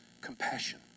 compassion